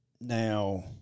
Now